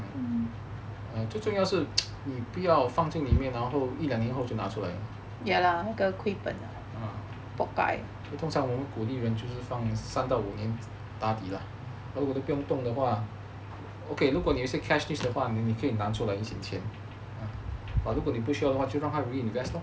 err 最重要是你不要放进里面然后一两年后就拿出来 ah 通常我们鼓励人就是放三到五年打底 lah 如果能不用动的话 okay 如果你是 cash list 的话你可以拿出来一些钱 but 如果你不需要的话就让他 reinvest lor